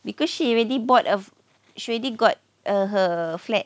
because she already bought a f~ she already got err her flat